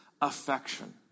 affection